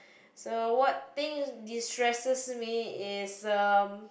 so what things destresses me is um